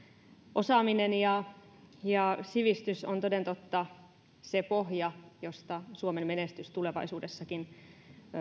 osaaminen ja ja sivistys on toden totta se pohja jolta suomen menestys tulevaisuudessakin